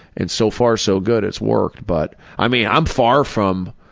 and so far so good. it's worked but, i mean, i'm far from,